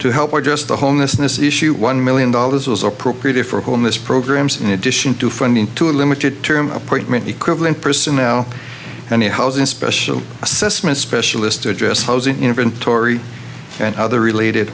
to help or just the homelessness issue one million dollars was appropriated for homeless programs in addition to funding to a limited term apartment equivalent person now and a housing special assessment specialist to address housing inventory and other related